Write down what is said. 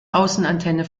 außenantenne